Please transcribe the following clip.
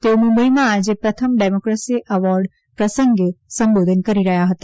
તેઓ મુંબઇમાં આજે પ્રથમ ડેમોકેસી એવોર્ડ પ્રસંગે સંબોધન કરી રહ્યા હતા